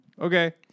okay